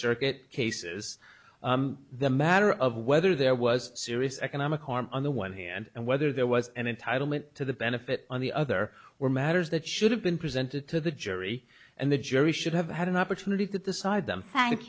circuit case is the matter of whether there was serious economic harm on the one hand and whether there was an entitlement to the benefit on the other or matters that should have been presented to the jury and the jury should have had an opportunity to decide them thank